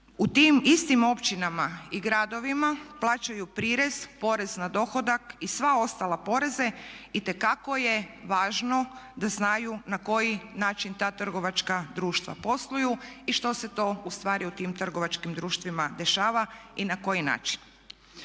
u tim istim općinama i gradovima plaćaju prirez, porez na dohodak i sve ostale poreze, itekako je važno da znaju na koji način ta trgovačka društva posluju i što se to ustvari u tim trgovačkim društvima dešava i na koji način.